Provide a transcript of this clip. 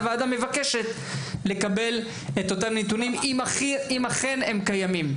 הוועדה מבקשת לקבל את אותם נתונים אם אכן הם קיימים.